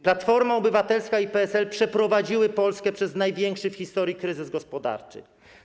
Platforma Obywatelska i PSL przeprowadziły Polskę przez największy w historii kryzys gospodarczy.